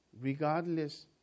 Regardless